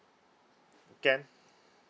can